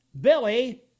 Billy